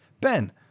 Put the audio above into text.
Ben